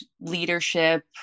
leadership